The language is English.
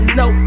no